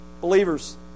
Believers